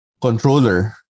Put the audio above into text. controller